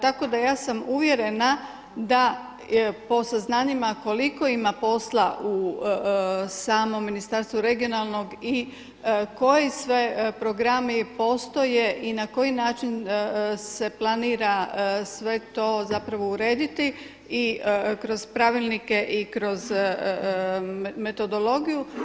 Tako da ja sam uvjerena da po saznanjima koliko ima posla u samom Ministarstvu regionalnog i koji sve programi postoje i na koji način se planira sve to zapravo urediti i kroz pravilnike i kroz metodologiju.